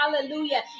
Hallelujah